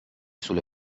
sulle